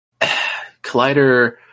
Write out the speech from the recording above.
collider